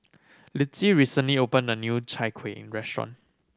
Litzy recently opened a new Chai Kueh restaurant